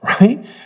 right